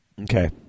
Okay